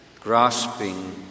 grasping